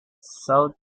sought